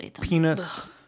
peanuts